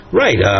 right